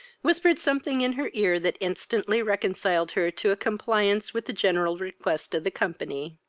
whispered something in her ear that instantly reconciled her to a compliance with the general request of the company.